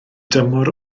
dymor